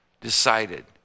decided